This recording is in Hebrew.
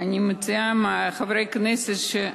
אני מציעה שחברי הכנסת,